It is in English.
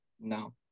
No